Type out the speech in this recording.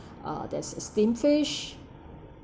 uh there's a steamed fish